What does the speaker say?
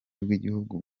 bw’igihugu